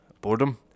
boredom